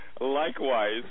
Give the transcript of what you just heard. Likewise